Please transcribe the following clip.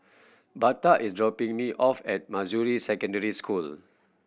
Birtha is dropping me off at Manjusri Secondary School